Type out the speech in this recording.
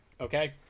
okay